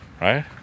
right